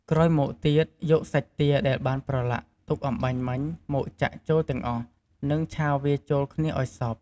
ក្រោយមកទៀត យកសាច់ទាដែលបានប្រឡាក់ទុកអំបាញ់មិញមកចាក់ចូលទាំងអស់ និងឆាវាចូលគ្នាឱ្យសព្វ។